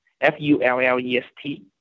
f-u-l-l-e-s-t